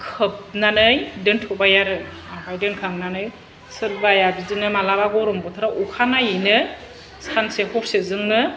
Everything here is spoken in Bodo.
खोबनानै दोन्थ'बाय आरो आमफाय दोनखांनानै सोरबाया बिदिनो मालाबा गरम बोथोराव आखानायैनो सानसे हरसे जोंनो